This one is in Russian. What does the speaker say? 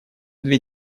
две